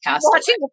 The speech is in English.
Watching